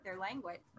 language